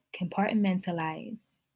compartmentalize